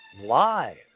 live